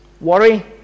worry